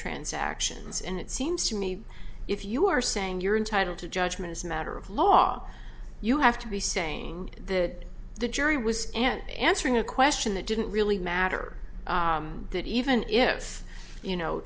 transactions and it seems to me if you are saying you're entitled to judgment as a matter of law you have to be saying that the jury was and answering a question that didn't really matter that even if you know